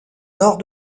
nord